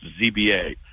ZBA